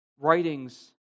writings